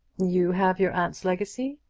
you have your aunt's legacy?